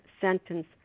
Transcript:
sentence